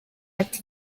ati